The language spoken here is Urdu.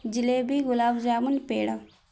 جلیبی گلاب جامن پیڑا